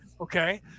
Okay